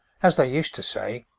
as they used to say,